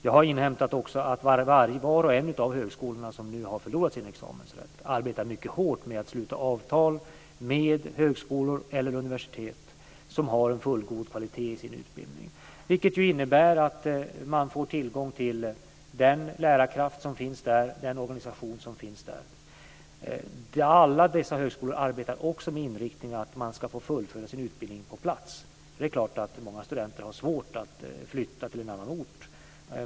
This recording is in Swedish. Jag har också inhämtat att var och en av högskolorna som nu har förlorat sin examensrätt arbetar mycket hårt med att sluta avtal med högskolor eller universitet som har fullgod kvalitet i sin utbildning, vilket innebär att man får tillgång till den lärarkraft som finns där, den organisation som finns där. Alla dessa högskolor arbetar också med inriktningen att man ska få fullfölja sin utbildning på plats. Det är klart att många studenter har svårt att flytta till en annan ort.